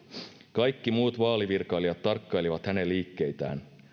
kaikki muut vaalivirkailijat tarkkailivat hänen liikkeitään